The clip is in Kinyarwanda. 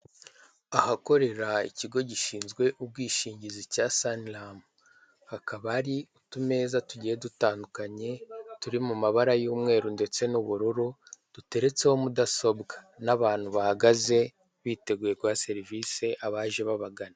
Ahakorera ikigo gishinzwe ubwishingizi cya sanilamu, hakaba hari utumeza tugiye dutandukanye turi mu mabara y'umweru ndetse n'ubururu, duteretseho mudasobwa n'abantu bahagaze biteguye guha serivisi abaje babagana.